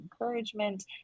encouragement